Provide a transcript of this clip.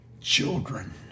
children